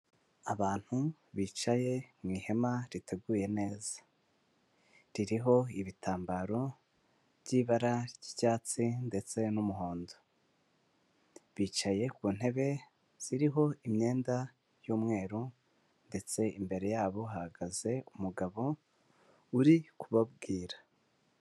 Abantu bicaye mu ihema riteguye neza, ririho ibitambaro by'ibara ry'icyatsi ndetse n'umuhondo, bicaye ku ntebe ziriho imyenda y'umweru ndetse imbere yabo hahagaze umugabo uri kubabwira.